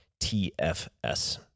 TFS